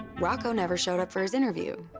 rocco never showed up for his interview.